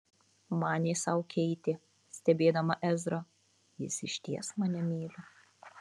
manė sau keitė stebėdama ezrą jis išties mane myli